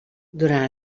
durant